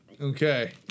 okay